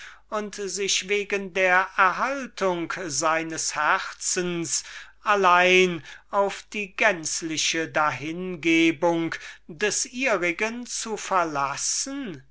und sich wegen der erhaltung seines herzens allein auf die gänzliche dahingebung des ihrigen zu verlassen